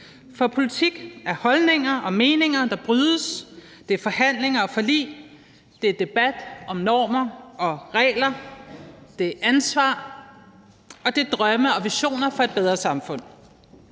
For politik er holdninger og meninger, der brydes, det er forhandlinger og forlig, det er debat om normer og regler, det er ansvar, og det er drømme og visioner om et bedre samfund.